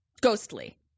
Ghostly